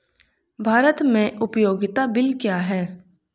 भारत में उपयोगिता बिल क्या हैं?